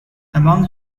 among